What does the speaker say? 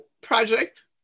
project